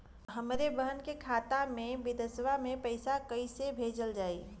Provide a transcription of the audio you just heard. हमरे बहन के खाता मे विदेशवा मे पैसा कई से भेजल जाई?